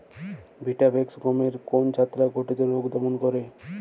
Vitavax গমের কোন ছত্রাক ঘটিত রোগ দমন করে?